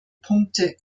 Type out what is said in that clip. punkte